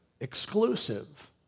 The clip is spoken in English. exclusive